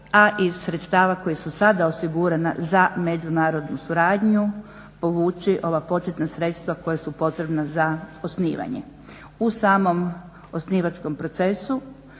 A iz sredstva koja su sada osigurana za međunarodnu suradnju povući ova početna sredstva koja su potrebna za osnivanje. U samom osnivačkom procesu